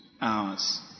hours